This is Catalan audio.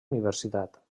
universitat